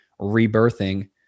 rebirthing